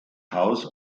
house